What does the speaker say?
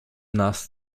nas